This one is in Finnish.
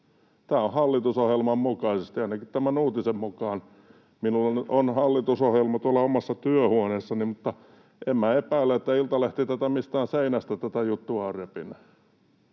Tämä on hallitusohjelman mukaisesti ainakin tämän uutisen mukaan. Minulla on hallitusohjelma tuolla omassa työhuoneessani, mutta en epäile, että Iltalehti mistään seinästä tätä juttua on repinyt.